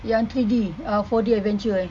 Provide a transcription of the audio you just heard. yang three D uh four D adventure eh